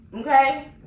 Okay